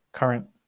current